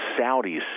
Saudis